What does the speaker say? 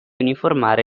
uniformare